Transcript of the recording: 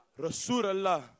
Rasulullah